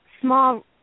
small